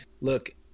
look